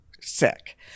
sick